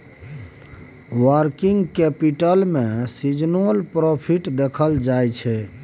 working capital में सीजनलो profit देखल जाइ छइ